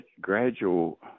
gradual